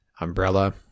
umbrella